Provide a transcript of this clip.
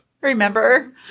remember